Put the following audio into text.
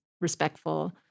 respectful